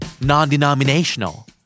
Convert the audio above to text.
Non-denominational